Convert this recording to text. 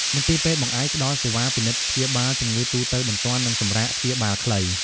មន្ទីរពេទ្យបង្អែកផ្តល់សេវាពិនិត្យព្យាបាលជំងឺទូទៅ បន្ទាន់ និងសម្រាកព្យាបាលខ្លី។